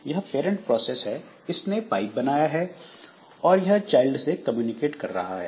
यह parent process है इसने पाइप बनाया है और यह चाइल्ड से कम्युनिकेट कर रहा है